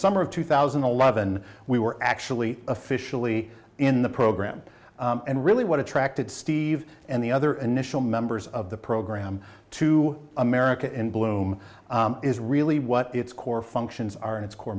summer of two thousand and eleven we were actually officially in the program and really what attracted steve and the other initial members of the program to america in bloom is really what its core functions are in its core